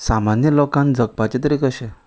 सामान्य लोकांक जगपाचे तरी कशे